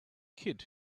kid